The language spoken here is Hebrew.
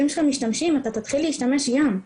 שלך משתמשים אתה תתחיל להשתמש גם.